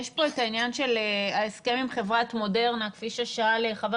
יש כאן את העניין של ההסכם עם חברת מודרנה כפי ששאל חבר